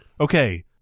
Okay